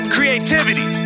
Creativity